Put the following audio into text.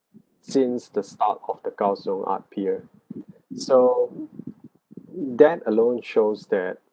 since the start of the kaohsiung art pier so that alone shows that